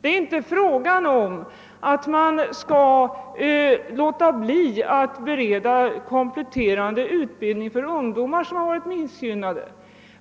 Det är inte fråga om att låta bli att bereda ungdomar som varit missgynnade möjligheter till kompletterande utbildning.